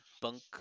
bunk